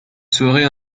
serait